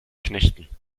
knechten